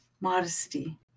modesty